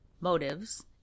motives